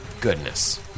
goodness